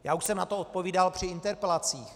Já už jsem na to odpovídal při interpelacích.